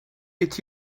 est